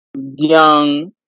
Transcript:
young